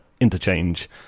interchange